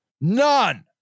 None